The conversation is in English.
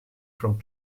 from